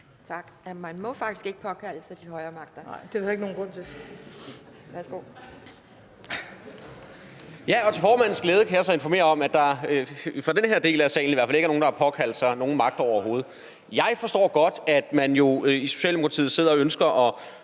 Man må faktisk ikke påkalde sig de højere magter.